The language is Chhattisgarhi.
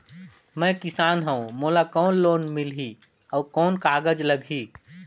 मैं किसान हव मोला कौन लोन मिलही? अउ कौन कागज लगही?